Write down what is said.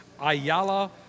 Ayala